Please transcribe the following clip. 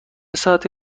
ساعتی